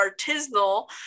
artisanal